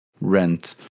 rent